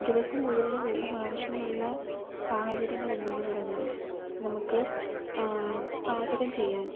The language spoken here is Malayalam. ദിവസം മുഴുവനും വെള്ളം ആവശ്യമുള്ള സാഹചര്യങ്ങൾ എന്തെന്ന് പറഞ്ഞാൽ നമുക്ക് പാചകം ചെയ്യാൻ